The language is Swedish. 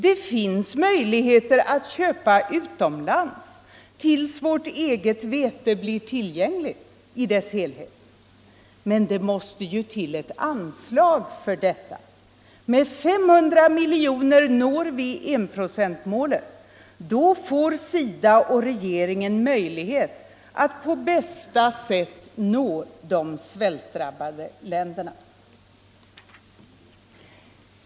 Det finns möjligheter att köpa utomlands tills vårt eget vete blir tillgängligt i sin helhet. Men det måste ju till ett anslag för detta. Med 500 miljoner kronor når vi enprocentsmålet. Då får SIDA och regeringen möjlighet att på bästa sätt nå de svältdrabbade länderna.